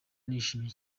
nishimye